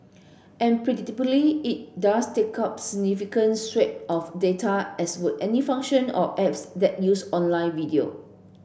and predictably it does take up significant swath of data as would any function or apps that use online video